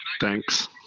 Thanks